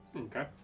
Okay